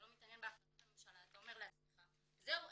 מתעניין בהחלטות הממשלה אתה אומר לעצמך "זהו,